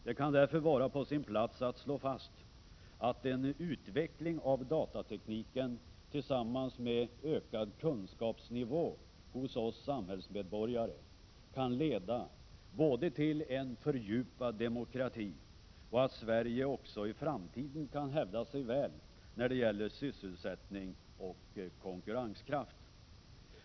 Det kan därför vara på sin plats att slå fast att en utveckling av datatekniken tillsammans med en ökad kunskapsnivå hos oss samhällsmedborgare kan leda både till en fördjupad demokrati och till att Sverige också i framtiden kan hävda sig väl när det gäller sysselsättning och konkurrenskraft.